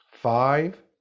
five